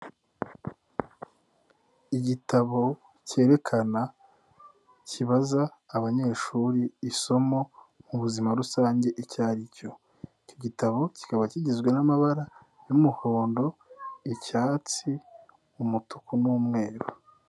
Igitabo cyerekana, kibaza abanyeshuri isomo mu buzima rusange icyo ari cyo. Iki gitabo kikaba kigizwe n'amabara y'umuhondo, icyatsi, umutuku n'umweru.